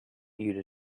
you